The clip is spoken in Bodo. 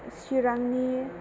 चिरांनि